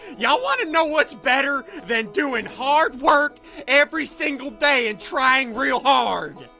y'all wanna know what's better than doin' hard work every single day and tryin' real hard?